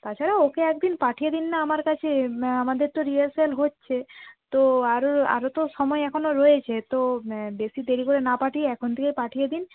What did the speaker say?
তাছাড়া ওকে এক দিন পাঠিয়ে দিন না আমার কাছে আমাদের তো রিহার্সাল হচ্ছে তো আরও আরও তো সময় এখনও রয়েছে তো বেশি দেরি করে না পাঠিয়ে এখন থেকে পাঠিয়ে দিন